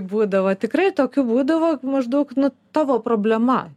būdavo tikrai tokių būdavo maždaug nu tavo problema